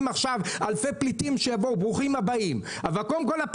עכשיו אלפי פליטים ברוכים הבאים אבל קודם כל,